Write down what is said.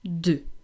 de